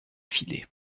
filets